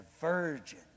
virgin